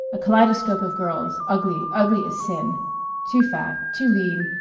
a kaleidoscope of girls, ugly, ugly as sin too fat, too lean,